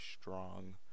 strong